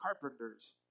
carpenter's